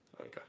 Okay